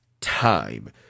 time